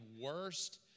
worst